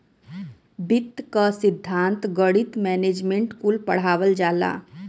वित्त क सिद्धान्त, गणित, मैनेजमेंट कुल पढ़ावल जाला